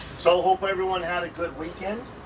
so hope everyone had a good weekend.